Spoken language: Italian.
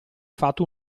fatto